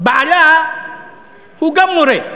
בעלה גם מורה.